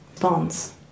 bonds